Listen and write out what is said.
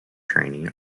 training